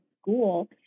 school